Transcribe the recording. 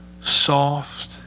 Soft